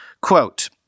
Quote